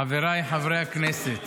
חברי הכנסת